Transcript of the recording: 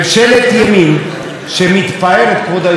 בכל מה שראש הממשלה קם ואמר.